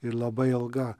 ir labai ilga